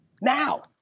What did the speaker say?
Now